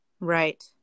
Right